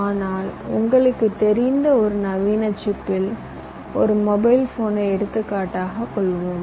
ஆனால் உங்களுக்குத் தெரிந்த ஒரு நவீன சிப்பில் ஒரு மொபைல் போனை எடுத்துக்காட்டாக கொள்வோம்